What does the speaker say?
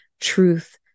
truth